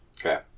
Okay